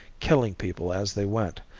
killing people as they went,